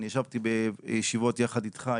אני ישבתי בישיבות יחד איתך,